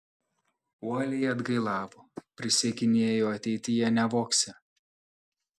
uoliai atgailavo prisiekinėjo ateityje nevogsią